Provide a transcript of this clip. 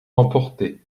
emporté